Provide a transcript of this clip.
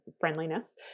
friendliness